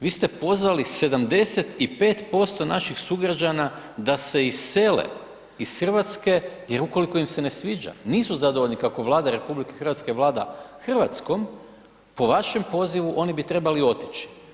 Vi ste pozvali 75% naših sugrađana da se isele iz Hrvatske gdje ukoliko ime se ne sviđa, nisu zadovoljni kako Vlada RH vlada Hrvatskom po vašem pozivu oni bi trebali otići.